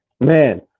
man